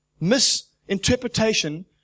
misinterpretation